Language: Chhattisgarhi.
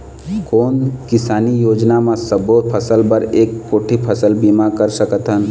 कोन किसानी योजना म सबों फ़सल बर एक कोठी फ़सल बीमा कर सकथन?